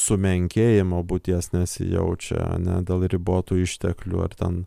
sumenkėjimo būties nesijaučia ne dėl ribotų išteklių ar ten